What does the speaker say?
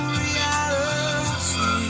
reality